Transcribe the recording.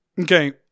Okay